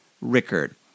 Rickard